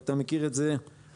ואתה מכיר את זה מצוין.